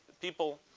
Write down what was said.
people